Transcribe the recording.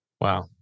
Wow